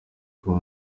kumwe